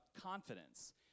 confidence